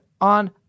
on